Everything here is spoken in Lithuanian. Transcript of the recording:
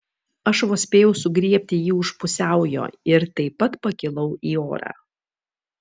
aš vos spėjau sugriebti jį už pusiaujo ir taip pat pakilau į orą